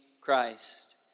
Christ